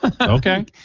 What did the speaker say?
Okay